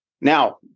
Now